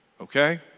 okay